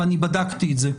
ואני בדקתי את זה,